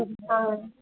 हँ